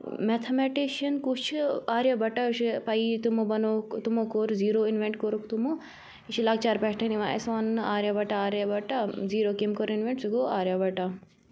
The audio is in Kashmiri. میتھامیٹِشَن کُس چھُ آریا بَٹا چھُ پَیی تِمو بَنو تِمو کوٚر زیٖرو اِنوٮ۪نٹ کوٚرُکھ تِمو یہِ چھُ لۄکچار پٮ۪ٹھ یِوان اَسہِ وَننہٕ Aryabhata Aryabhata zero کٔمۍ کوٚر اِنویٚنٹ سُہ گوٚو آریا بَٹا